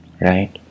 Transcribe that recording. Right